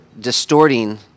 distorting